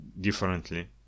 differently